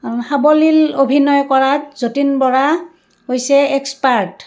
আৰু সাৱলীল অভিনয় কৰাত যতীন বৰা হৈছে এক্সপাৰ্ট